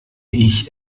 ich